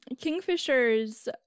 kingfishers